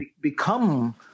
become